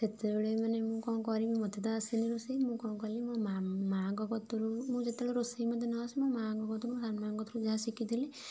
ସେତେବେଳେ ମାନେ ମୁଁ କଣ କରିମି ମୋତେ ତ ଆସେନି ରୋଷେଇ ମୁଁ କଣ କଲି ମୋ ମୋ ମାଆଙ୍କ କତୁରୁ ମୁଁ ଯେତେବେଳେ ମୋତେ ରୋଷେଇ ନ ଆସେ ମୋ ମାଆଙ୍କ କତୁରୁ ମୋ ସାନ ମାଆଙ୍କ କତୁରୁ ଯାହା ଶିଖିଥିଲି